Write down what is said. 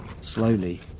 Slowly